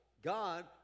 God